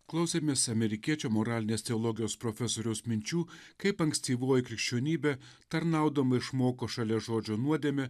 klausėmės amerikiečio moralinės teologijos profesoriaus minčių kaip ankstyvoji krikščionybė tarnaudama išmoko šalia žodžio nuodėmė